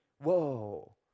Whoa